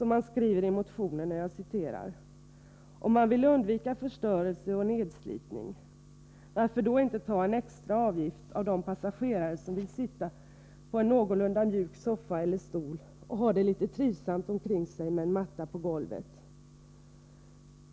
Man skriver i motionen: ”Om man vill undvika förstörelse och nedslitning — varför då inte ta en extra avgift av de passagerare som vill sitta på en någorlunda mjuk soffa eller stol och ha det litet trivsamt omkring sig med en matta på golvet?